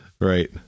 Right